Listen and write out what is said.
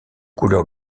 couleur